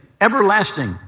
everlasting